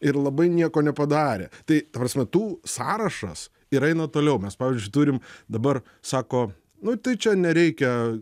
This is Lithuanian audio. ir labai nieko nepadarė tai ta prasme tų sąrašas ir eina toliau mes pavyzdžiui turim dabar sako nu tai čia nereikia